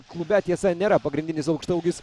klube tiesa nėra pagrindinis aukštaūgis